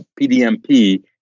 PDMP